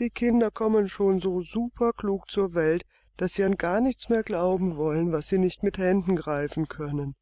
die kinder kommen schon so superklug zur welt daß sie an gar nichts mehr glauben wollen was sie nicht mit händen greifen können